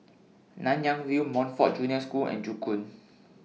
Nanyang View Montfort Junior School and Joo Koon